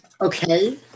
Okay